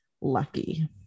lucky